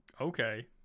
Okay